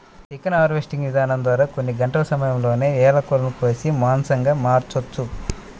chicken harvesting ఇదానం ద్వారా కొన్ని గంటల సమయంలోనే వేల కోళ్ళను కోసి మాంసంగా మార్చొచ్చు